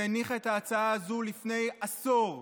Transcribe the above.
שהניחה את ההצעה הזו לפני עשור,